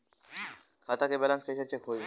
खता के बैलेंस कइसे चेक होई?